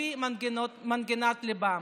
לפי מנגינת ליבם.